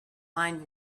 mind